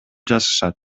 жашашат